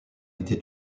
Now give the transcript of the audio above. été